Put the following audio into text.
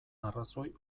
arrazoi